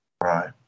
Right